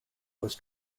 was